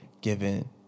given